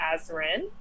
Azrin